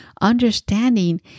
understanding